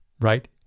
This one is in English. right